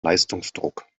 leistungsdruck